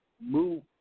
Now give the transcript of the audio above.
move